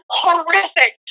horrific